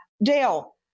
Dale